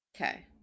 Okay